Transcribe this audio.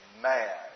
mad